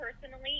personally